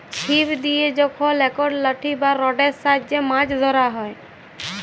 ছিপ দিয়ে যখল একট লাঠি বা রডের সাহায্যে মাছ ধ্যরা হ্যয়